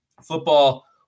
football